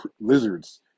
lizards